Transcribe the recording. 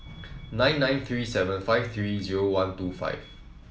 nine nine three seven five three zero one two five